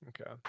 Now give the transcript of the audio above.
Okay